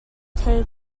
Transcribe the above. take